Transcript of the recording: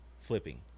flipping